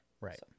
right